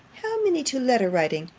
how many to letter-writing?